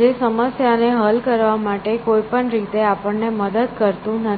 જે સમસ્યાને હલ કરવા માટે કોઈપણ રીતે આપણને મદદ કરતું નથી